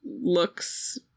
looks